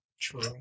True